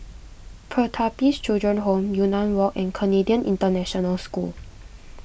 Pertapis Children Home Yunnan Walk and Canadian International School